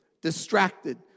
distracted